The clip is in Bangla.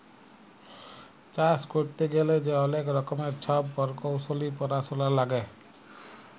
চাষ ক্যইরতে গ্যালে যে অলেক রকমের ছব পরকৌশলি পরাশলা লাগে